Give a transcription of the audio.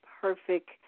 perfect